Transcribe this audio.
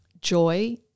joy